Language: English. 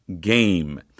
game